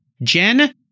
Jen